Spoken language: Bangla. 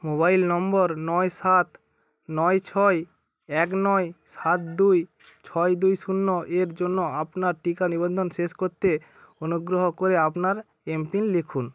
মোবাইল নম্বর নয় সাত নয় ছয় এক নয় সাত দুই ছয় দুই শূন্য এর জন্য আপনার টিকা নিবন্ধন শেষ করতে অনুগ্রহ করে আপনার এমপিন লিখুন